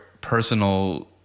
personal